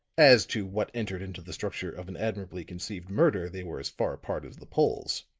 as to what entered into the structure of an admirably conceived murder they were as far apart as the poles.